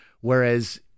Whereas